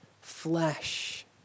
flesh